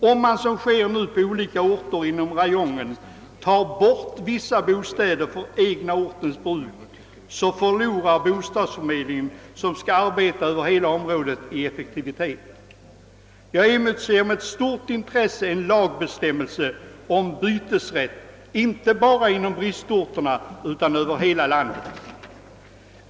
Om man, såsom sker nu på olika orter inom räjongen, tar bort vissa bostäder och reserverar dessa för den egna ortens bruk, så förlorar bostadsförmedlingen, som skall arbeta över hela området, i effektivitet. Jag emotser med stort intresse en lagbestämmelse om bytesrätt, inte bara inom bristorterna utan över hela landet.